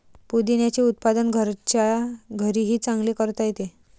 पुदिन्याचे उत्पादन घरच्या घरीही चांगले करता येते